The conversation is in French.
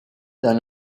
dans